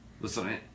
Listen